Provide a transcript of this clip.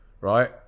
right